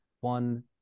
One